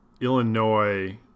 Illinois